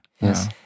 Yes